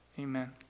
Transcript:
Amen